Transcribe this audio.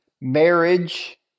marriage